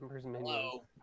Hello